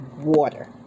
water